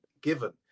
given